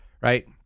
right